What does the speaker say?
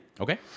Okay